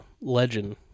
Legend